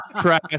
trash